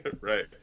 right